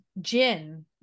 Gin